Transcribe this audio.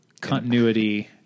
continuity